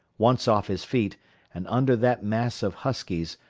once off his feet and under that mass of huskies,